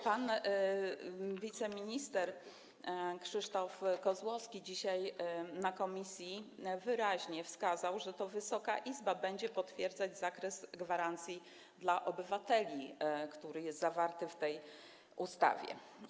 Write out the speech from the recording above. Pan wiceminister Krzysztof Kozłowski dzisiaj w komisji wyraźnie wskazał, że to Wysoka Izba będzie potwierdzać zakres gwarancji dla obywateli, który jest ujęty w tej ustawie.